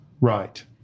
right